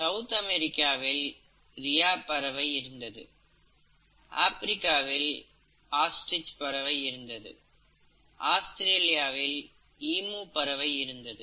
south அமெரிக்காவில் rhea பறவை இருந்தது ஆப்பிரிக்காவில் ஆஸ்டிரிச் பறவை இருந்தது ஆஸ்திரேலியாவில் ஈமு பறவை இருந்தது